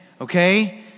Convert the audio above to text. Okay